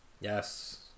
Yes